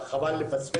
חבל לפספס אותה.